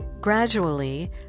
Gradually